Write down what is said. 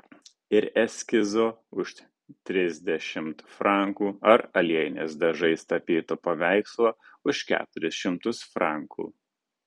ir eskizo už trisdešimt frankų ar aliejiniais dažais tapyto paveikslo už keturis šimtus frankų